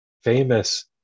famous